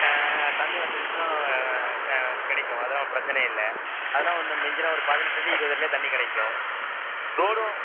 தண்ணி வசதி தான் க கிடைக்கும் அதெல்லாம் பிரச்சினை இல்லை அதெல்லாம் ஒன்று மிஞ்சின்னா ஒரு பதினெட்டு அடி இருபது அடிலேயே தண்ணிக் கிடைக்கும் ரோடும்